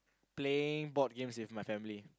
playing board games with my family